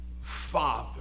father